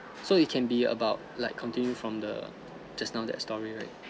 so it can be about like continue from the just now that story right